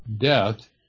death